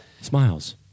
Smiles